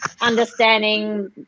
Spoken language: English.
understanding